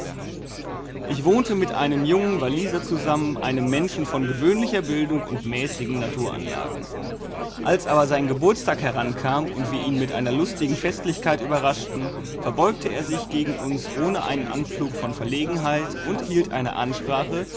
ich wohnte mit einem jungen walliser zusammen einem menschen von gewöhnlicher bildung und mäßigen naturanlagen als aber sein geburtstag herankam und wir ihn mit einer lustigen festlichkeit überraschten verbeugte er sich gegen uns ohne einen anflug von verlegenheit und hielt eine ansprache